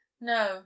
no